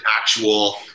actual